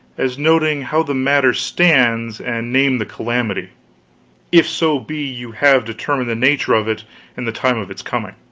as noting how the matter stands, and name the calamity if so be you have determined the nature of it and the time of its coming.